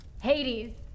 Hades